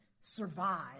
survive